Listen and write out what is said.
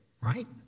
right